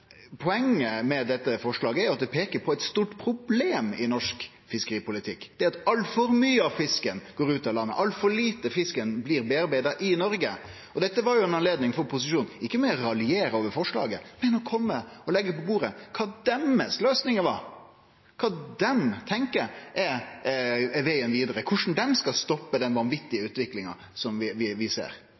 poenget med dette forslaget er at det peiker på eit stort problem i norsk fiskeripolitikk. Det er at altfor mykje av fisken går ut av landet, altfor lite av fisken blir foredla i Noreg. Og dette var jo ei anledning for posisjonen ikkje til å raljere over forslaget, men til å kome og leggje på bordet kva deira løysing var, kva dei tenkjer er vegen vidare, korleis dei skal stoppe den vanvitige utviklinga som vi